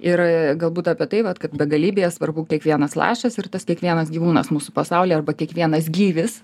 ir galbūt apie tai vat kad begalybėje svarbus kiekvienas lašas ir tas kiekvienas gyvūnas mūsų pasaulyje arba kiekvienas gyvis